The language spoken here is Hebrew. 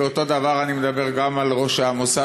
ואותו דבר אני אומר גם על ראש המוסד,